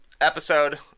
episode